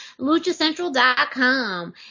luchacentral.com